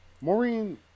Maureen